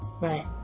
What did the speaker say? Right